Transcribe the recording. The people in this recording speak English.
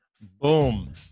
Boom